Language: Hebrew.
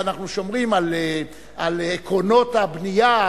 על עקרונות הבנייה,